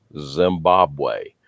Zimbabwe